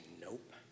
Nope